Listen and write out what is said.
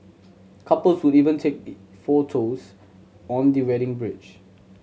couples would even take the photos on the wedding bridge